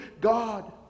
God